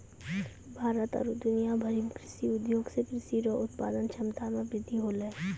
भारत आरु दुनिया भरि मे कृषि उद्योग से कृषि रो उत्पादन क्षमता मे वृद्धि होलै